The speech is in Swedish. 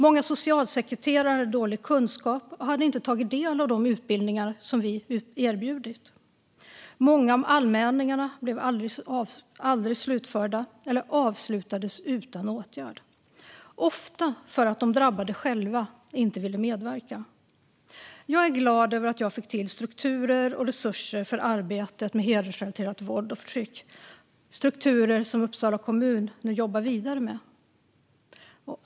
Många socialsekreterare hade dålig kunskap och hade inte tagit del av de utbildningar som vi erbjudit. Många av anmälningarna blev aldrig slutförda eller avslutades utan åtgärd, ofta för att de drabbade själva inte ville medverka. Jag är glad över att jag fick till strukturer och resurser för arbetet med hedersrelaterat våld och förtryck. Det är strukturer som Uppsala kommun nu jobbar vidare med.